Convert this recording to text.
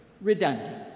redundant